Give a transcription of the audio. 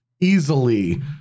easily